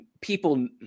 people